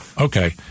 Okay